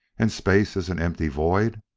and space is an empty void?